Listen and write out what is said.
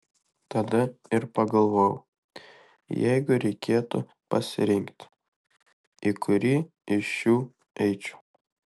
tada ir pagalvojau jeigu reikėtų pasirinkti į kurį iš šių eičiau